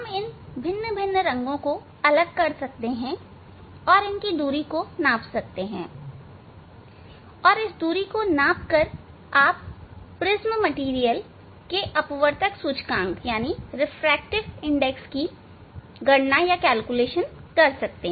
इन भिन्न भिन्न रंगों को अलग कर सकते हैं और इनकी दूरी माप सकते हैं इस की दूरी माप कर प्रिज्म मटेरियल के अपवर्तक सूचकांक रिफ्रैक्टिव इंडेक्स की गणना कर सकते हैं